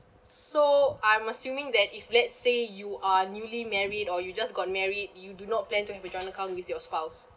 so I'm assuming that if let's say you are newly married or you just got married you do not plan to have a joint account with your spouse